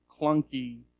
clunky